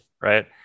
right